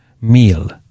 meal